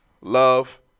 love